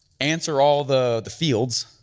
answer all the the fields,